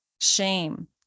shame